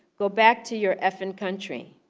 go back to your effing country.